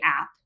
app